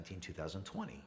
2020